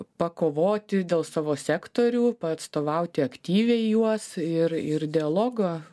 pakovoti dėl savo sektorių patstovauti aktyviai juos ir ir dialogo